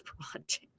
project